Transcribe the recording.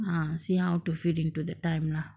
ah see how to fit into that time lah